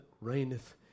reigneth